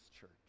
church